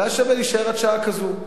והיה שווה להישאר עד שעה כזאת.